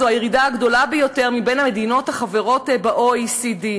זו הירידה הגדולה ביותר בקרב המדינות החברות ב-OECD.